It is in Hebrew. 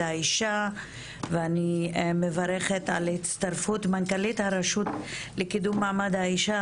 האישה ואני מברכת על הצטרפות מנכ"לית הרשות לקידום מעמד האישה,